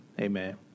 Amen